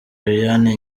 liliane